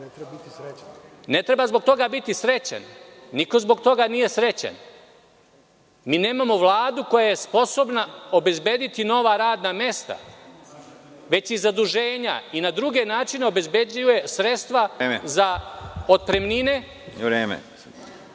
Ne treba zbog toga biti srećan. Niko zbog toga nije srećan. Mi nemamo Vladu koja je sposobna obezbediti nova radna mesta, već i zaduženja i na druge načine obezbeđuje sredstva za otpremnine